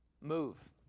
Move